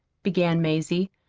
began mazie,